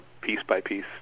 piece-by-piece